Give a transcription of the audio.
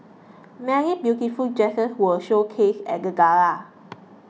many beautiful dresses were showcased at the gala